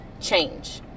change